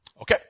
Okay